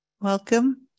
welcome